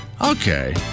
Okay